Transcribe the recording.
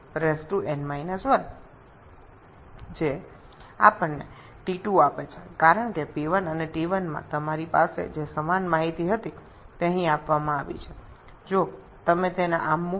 আমরা জানি যে 𝑇1𝑣1𝑛−1 𝑇2𝑣2𝑛−1 যা আমাদের T2 দেয় কারণ আপনার এখানে P1 এবং T1 এর তথ্য প্রদত্ত